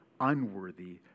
unworthy